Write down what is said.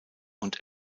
und